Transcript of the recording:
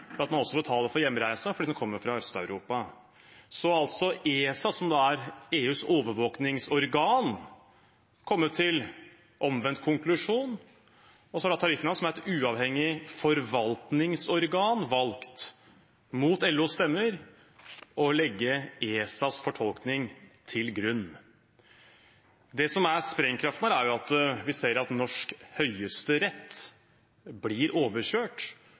ved at man også må betale for hjemreisen, fordi en kommer fra Øst-Europa. ESA, som er EUs overvåkingsorgan, har altså kommet til omvendt konklusjon, og så har Tariffnemnda, som er et uavhengig forvaltningsorgan, valgt – mot LOs stemmer – å legge ESAs fortolkning til grunn. Det som er sprengkraften her, er jo at vi ser at norsk høyesterett og norsk arbeidstakerside blir overkjørt